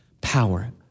power